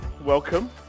welcome